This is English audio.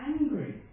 angry